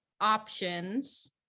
options